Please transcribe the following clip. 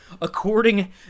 according